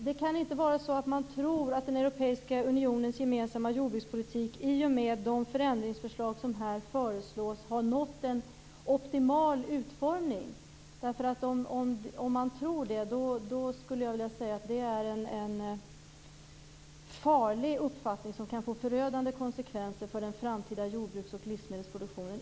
Det kan inte vara så att man tror att den europeiska unionens gemensamma jordbrukspolitik i och med de förändringsförslag som här föreslås har nått en optimal utformning. Om man tror det skulle jag vilja säga att det är en farlig uppfattning som kan få förödande konsekvenser för den framtida jordbruks och livsmedelsproduktionen.